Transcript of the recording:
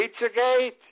Pizzagate